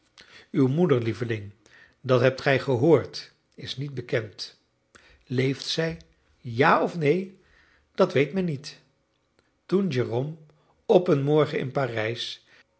uw moeder lieveling dat hebt gij gehoord is niet bekend leeft zij ja of neen dat weet men niet toen jérôme op een morgen in parijs